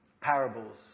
parables